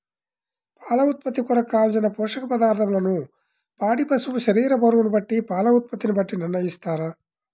పాల ఉత్పత్తి కొరకు, కావలసిన పోషక పదార్ధములను పాడి పశువు శరీర బరువును బట్టి పాల ఉత్పత్తిని బట్టి నిర్ణయిస్తారా?